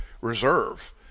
reserve